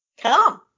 come